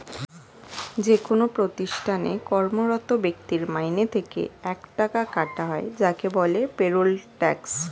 যেকোন প্রতিষ্ঠানে কর্মরত ব্যক্তির মাইনে থেকে একটা টাকা কাটা হয় যাকে বলে পেরোল ট্যাক্স